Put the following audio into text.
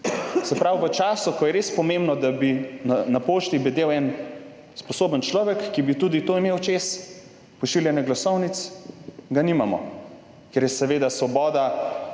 se pravi v času, ko je res pomembno, da bi na pošti bedel en sposoben človek, ki bi tudi to imel čez pošiljanje glasovnic, ga nimamo, ker je seveda Svoboda